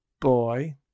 boy